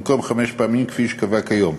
במקום חמש פעמים כפי שקבוע כיום.